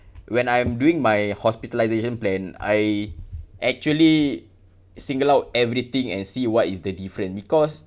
when I'm doing my hospitalisation plan I actually single out everything and see what is the different because